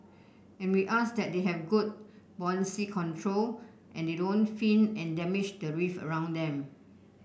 and we ask that they have good buoyancy control and they don't fin and damage the reef around them